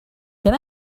can